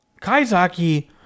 Kaizaki